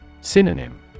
Synonym